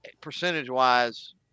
percentage-wise